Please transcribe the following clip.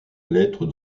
lettre